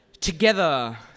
Together